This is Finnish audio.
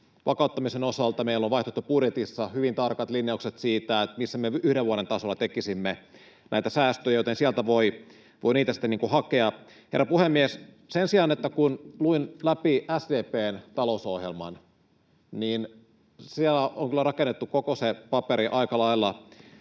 vakauttamisen osalta meillä on vaihtoehtobudjetissa hyvin tarkat linjaukset siitä, missä me yhden vuoden tasolla tekisimme näitä säästöjä, joten sieltä voi niitä sitten hakea. Herra puhemies! Sen sijaan, kun luin läpi SDP:n talousohjelman, siellä on kyllä rakennettu koko se paperi aika lailla